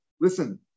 listen